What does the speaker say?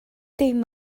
dim